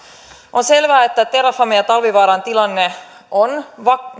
on selvää että terrafamen ja talvivaaran tilanne on